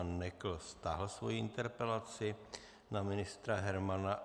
Nekl stáhl svoji interpelaci na ministra Hermana.